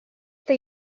eta